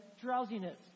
drowsiness